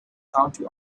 county